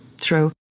true